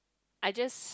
I just